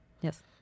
Yes